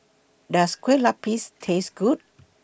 Does Kueh Lapis Taste Good